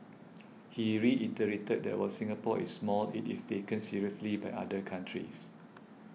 he reiterated that while Singapore is small it is taken seriously by other countries